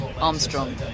Armstrong